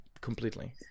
completely